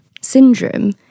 syndrome